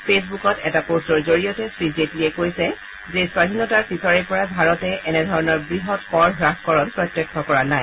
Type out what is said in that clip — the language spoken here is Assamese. ফেচবুকত এটা পোষ্টৰ জৰিয়তে শ্ৰীজেটলীয়ে কৈছে যে স্বধীনতাৰ পিছৰে পৰা ভাৰতে এনে ধৰণৰ বৃহৎ কৰ হ্ৰাসকৰণ প্ৰত্যক্ষ কৰা নাই